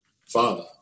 father